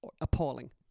appalling